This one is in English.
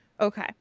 Okay